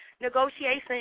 negotiation